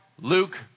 luke